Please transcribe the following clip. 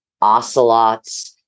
ocelots